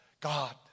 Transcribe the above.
God